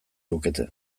lukete